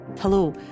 Hello